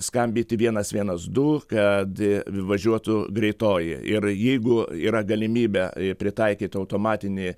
skambinti vienas vienas du kad važiuotų greitoji ir jeigu yra galimybė pritaikyt automatinį